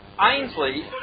Ainsley